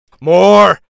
More